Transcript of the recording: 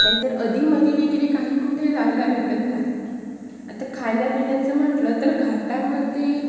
नाहीतर अधेमध्ये वगैरे काही कुठे जायला भेटत नाही आता खाण्यापिण्याचं म्हटलं तर घाटामध्ये